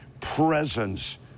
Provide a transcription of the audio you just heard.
presence